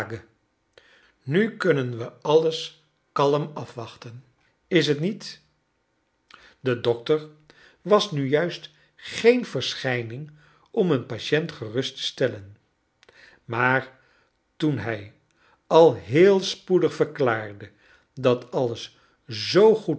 nu kunnen we alles kalm afwachten is t niet de dokter was nu juist geen verschijning om een patient gerust te stellen maar toen hij al heel spoedig verklaarde dat alles zoo goed